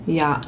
ja